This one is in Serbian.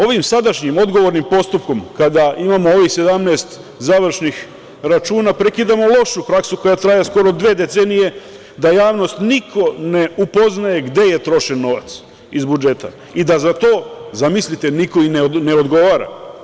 Ovim sadašnjim odgovornim postupkom, kada imamo ovih 17 završnih računa, prekidamo lošu praksu koja traje skoro dve decenije, da javnost niko ne upoznaje gde je trošen novac iz budžeta i da za to, zamislite, niko ne odgovara.